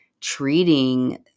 treating